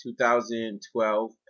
2012